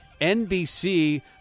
NBC